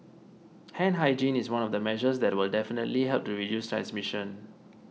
hand hygiene is one of the measures that will definitely help to reduce transmission